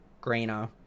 greener